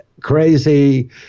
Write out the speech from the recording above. Crazy